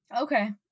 okay